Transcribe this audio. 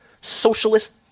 socialist